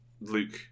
Luke